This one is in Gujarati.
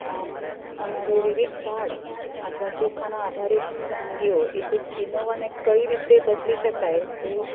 આમ અમારે વિવિધ દાળ અથવા ચોખાના આધારિત વાનગીઓ કે કીનોવાને કઈ રીતે બદલી શકાય તે